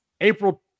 April